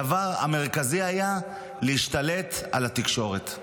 הדבר המרכזי היה להשתלט על התקשורת.